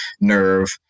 nerve